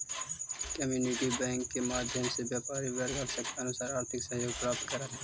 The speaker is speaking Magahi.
कम्युनिटी बैंक के माध्यम से व्यापारी वर्ग आवश्यकतानुसार आर्थिक सहयोग प्राप्त करऽ हइ